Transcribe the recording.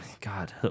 God